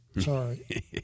Sorry